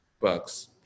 Bucks